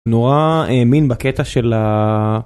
נורא האמין בקטע של ה....